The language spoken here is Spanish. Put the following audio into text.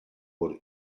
por